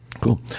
cool